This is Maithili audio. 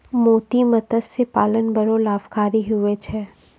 मोती मतस्य पालन बड़ो लाभकारी हुवै छै